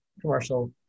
commercial